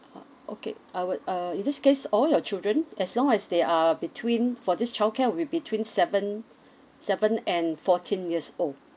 uh okay I would uh in this case all your children as long as they are between for this childcare will be between seven seven and fourteen years old